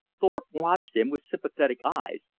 thorpe watched him with sympathetic eyes,